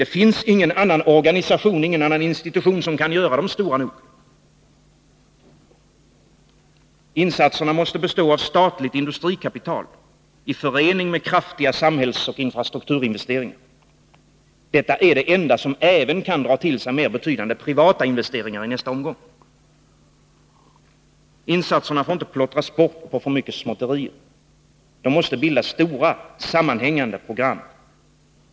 Det finns ingen annan organisation, ingen annan institution som kan göra tillräckligt stora insatser. Insatserna måste bestå i statligt industrikapital i förening med kraftiga samhällsoch infrastrukturinvesteringar — detta är det enda som även kan dra till sig mera betydande privata investeringar i nästa omgång. Insatserna får inte plottras bort på för mycket småtterier. De måste bilda stora sammanhängande program.